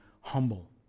humble